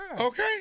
Okay